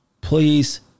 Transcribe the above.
Please